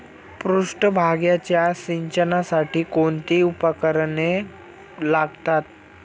पृष्ठभागाच्या सिंचनासाठी कोणती उपकरणे लागतात?